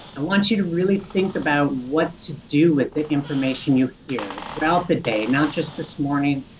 i want you to really think about what to do with the information you hear throughout the day, not just this morning,